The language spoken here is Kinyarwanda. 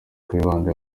kayibanda